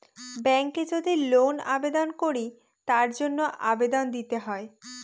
ব্যাঙ্কে যদি লোন আবেদন করে তার জন্য আবেদন দিতে হয়